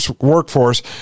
workforce